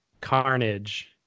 Carnage